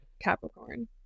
Capricorn